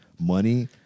money